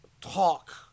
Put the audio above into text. talk